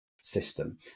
system